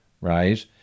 right